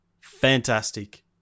fantastic